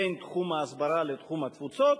בין תחום ההסברה לתחום התפוצות,